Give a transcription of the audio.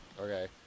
okay